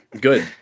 Good